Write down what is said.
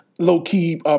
low-key